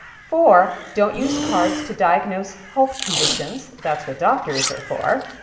four. don't use cards to diagnose health conditions. that's what doctors are for.